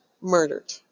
murdered